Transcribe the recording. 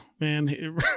man